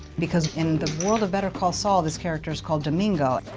because in the world of better call saul, this character's called domingo.